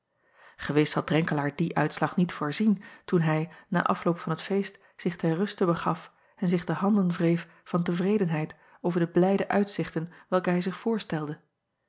ewis had renkelaer dien uitslag niet voorzien toen hij na afloop van het feest zich ter ruste begaf en zich de handen wreef van tevredenheid over de blijde uitzichten welke hij zich voorstelde